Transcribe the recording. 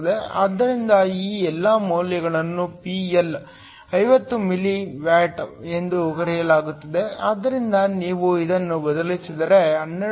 ಆದ್ದರಿಂದ ಈ ಎಲ್ಲಾ ಮೌಲ್ಯಗಳನ್ನು PL 50 ಮಿಲಿ ವ್ಯಾಟ್ ಎಂದು ಕರೆಯಲಾಗುತ್ತದೆ ಆದ್ದರಿಂದ ನೀವು ಇದನ್ನು ಬದಲಿಸಿದರೆ 12